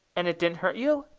and it didn't hurt you?